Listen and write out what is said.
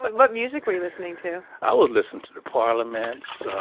but what music were you listening to i was listening to the parliaments,